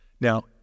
Now